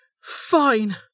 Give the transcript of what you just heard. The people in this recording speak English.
fine